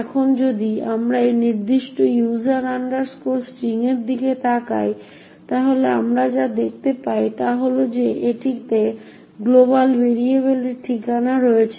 এখন যদি আমরা এই নির্দিষ্ট user string এর দিকে তাকাই তাহলে আমরা যা দেখতে পাই তা হল যে এটিতে গ্লোবাল ভেরিয়েবলের এড্রেস রয়েছে